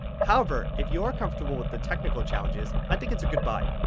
however if you're comfortable with the technical challenges i think it's a good buy.